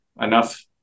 enough